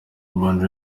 urban